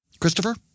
Christopher